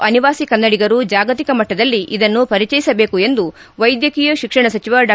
ಅನಿವಾಸಿ ಕನ್ನಡಿಗರು ಜಾಗತಿಕ ಮಟ್ಟದಲ್ಲಿ ಇದನ್ನು ಪರಿಚಯಿಸಬೇಕು ಎಂದು ವೈದ್ಯಕೀಯ ಶಿಕ್ಷಣ ಸಚಿವ ಡಾ